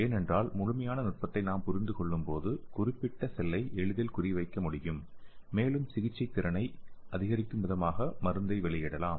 ஏனென்றால் முழுமையான நுட்பத்தை நாம் புரிந்து கொள்ளும்போது குறிப்பிட்ட செல்லை எளிதில் குறிவைக்க முடியும் மேலும் சிகிச்சை திறனை அதிகரிக்கும் விதமாக மருந்தை வெளியிடலாம்